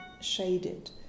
shaded